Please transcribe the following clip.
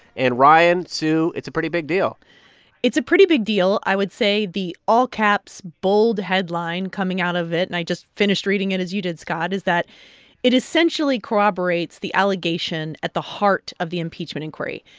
and, ryan, sue, it's a pretty big deal it's a pretty big deal. i would say the all-caps, bold headline coming out of it and i just finished reading it as you did, scott is that it essentially corroborates the allegation at the heart of the impeachment inquiry.